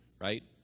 right